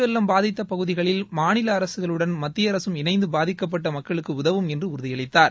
வெள்ளம் பாதித்த பகுதிகளில் மாநில அரசுகளுடன் மத்திய அரசும் இணைந்து பாதிக்க்ப்பட்ட மக்களுக்கு உதவும் என்று உறுதியளித்தார்